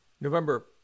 November